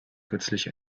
kürzlich